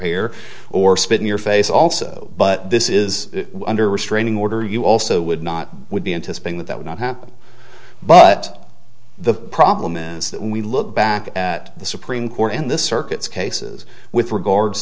hair or spit in your face also but this is under restraining order you also would not would be anticipating that that would not happen but the problem is that when we look back at the supreme court and the circuits cases with regards